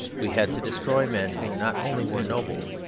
we had to destroy men who not only were noble,